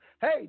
Hey